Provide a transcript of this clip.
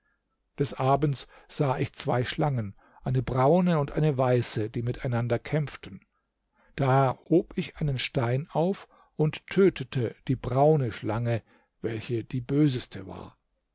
des abends sah ich zwei schlangen eine braune und eine weiße die miteinander kämpften da hob ich einen stein auf und tötete die braune schlange welche die böseste war